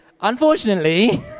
Unfortunately